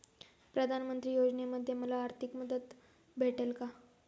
प्रधानमंत्री योजनेमध्ये मला आर्थिक मदत भेटेल का?